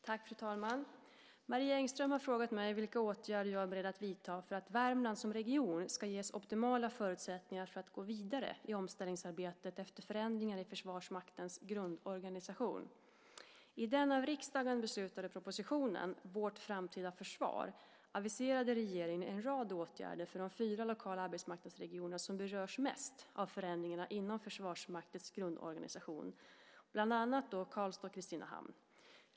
Fru talman! Marie Engström har frågat mig vilka åtgärder jag är beredd att vidta för att Värmland som region ska ges optimala förutsättningar för att gå vidare i omställningsarbetet efter förändringar i Försvarsmaktens grundorganisation. I den av riksdagen beslutade propositionen 2004/05:05 Vårt framtida försvar aviserade regeringen en rad åtgärder för de fyra lokala arbetsmarknadsregioner som berörs mest av förändringarna inom Försvarsmaktens grundorganisation, bland annat Karlstad och Kristinehamn.